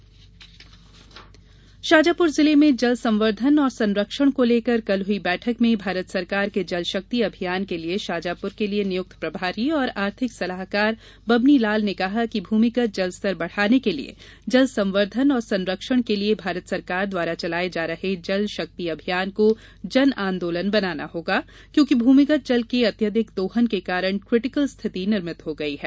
जलसंकट शाजापुर जिले में जल संवर्धन व संरक्षण को लेकर कल हुई बैठक में भारत सरकार के जलशक्ति अभियान के लिए शाजापुर हेतु नियुक्त प्रभारी तथा आर्थिक सलाहकार बबनी लाल ने कहा भूमिगत जल स्तर बढ़ाने के लिए जल संवर्धन और संरक्षण के लिए भारत सरकार द्वारा चलाए जा रहे जल शक्ति अभियान को जन आन्दोलन बनाना होगा क्योंकि भूमिगत जल के अत्यधिक दोहन के कारण क्रिटिकल स्थिति निर्मित हो गई है